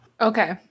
Okay